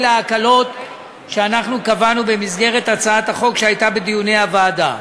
אלה הקלות שאנחנו קבענו במסגרת הצעת החוק שנדונה בוועדה.